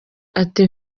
ati